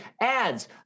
ads